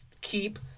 keep